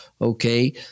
Okay